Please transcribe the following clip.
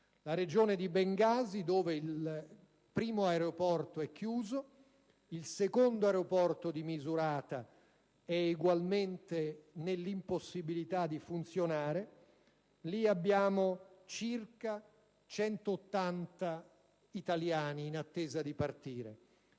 la regione di Bengasi, dove il primo aeroporto è chiuso e il secondo, quello di Misurata, è egualmente nell'impossibilità di funzionare: lì abbiamo circa 180 italiani in attesa di partire.